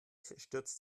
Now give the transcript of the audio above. stürzt